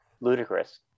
Ludicrous